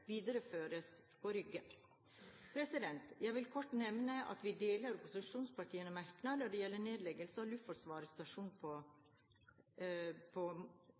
videreføres på Rygge. Jeg vil kort nevne at vi deler opposisjonspartienes merknader når det gjelder nedleggelse av Luftforsvarets stasjon på